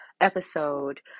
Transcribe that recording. episode